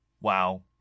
Wow